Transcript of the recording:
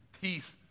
peace